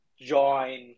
join